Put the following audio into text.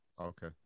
okay